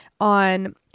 on